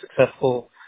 successful